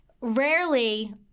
Rarely